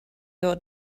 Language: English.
your